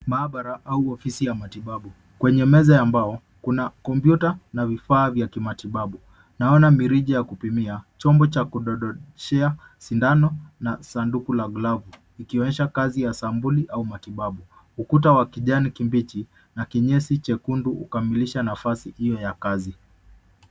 Maabara au ofisi ya matibabu. Kwenye meza ya mbao, kuna kompyuta vifaa vya kimatibabu. Naona mirija ya kupimia, chombo cha kudodoshea sindano na sanduku la glavu, ikionyesha kazi ya sampuli au matibabu. Ukuta wa kijani kibichi na kinyesi chekundu hukamilisha nafasi ile ya kazi.